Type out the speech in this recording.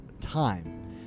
time